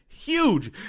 Huge